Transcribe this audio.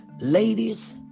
ladies